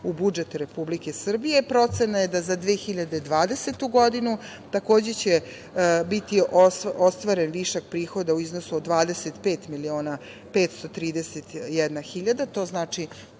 u budžet Republike Srbije. Procena je da za 2020. godinu, takođe će biti ostvaren višak prihoda u iznosu od 25.531.000. To znači